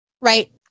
Right